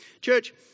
Church